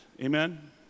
amen